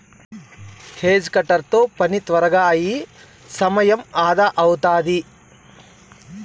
hedge cutter తో పని త్వరగా అయి సమయం అదా అవుతాది